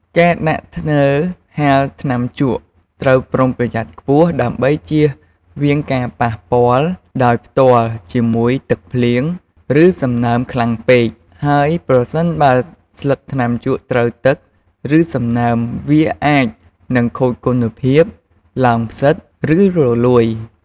ការដាក់ធ្នើរហាលថ្នាំជក់ត្រូវប្រុងប្រយ័ត្នខ្ពស់ ដើម្បីជៀសវាងការប៉ះពាល់ដោយផ្ទាល់ជាមួយទឹកភ្លៀង ឬសំណើមខ្លាំងពេក ហើយប្រសិនបើស្លឹកថ្នាំជក់ត្រូវទឹក ឬសំណើម វាអាចនឹងខូចគុណភាព ឡើងផ្សិត ឬរលួយ។